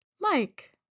Mike